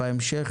בהמשך,